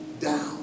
down